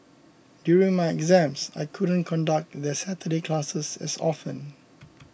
during my exams I couldn't conduct their Saturday classes as often